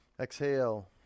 Exhale